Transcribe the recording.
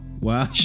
Wow